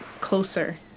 closer